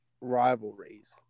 rivalries